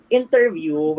interview